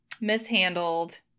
mishandled